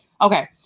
Okay